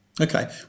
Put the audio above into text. Okay